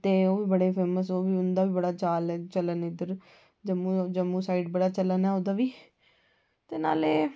ते ओह् बी फेमस न हुंदा बी बड़ा चाल चलन ऐ इद्धर जम्मू साईड बड़ा चलन ऐ हुंदा बी ते कन्नै